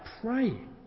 praying